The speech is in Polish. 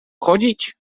chodzić